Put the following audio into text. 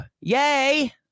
yay